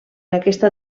aquesta